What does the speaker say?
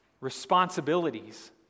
responsibilities